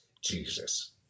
Jesus